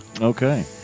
Okay